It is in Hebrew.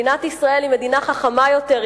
מדינת ישראל היא מדינה חכמה יותר,